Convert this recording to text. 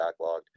backlogged